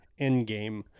Endgame